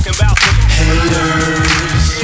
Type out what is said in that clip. Haters